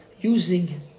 using